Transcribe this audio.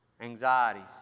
Anxieties